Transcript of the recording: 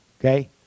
Okay